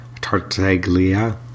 Tartaglia